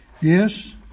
Yes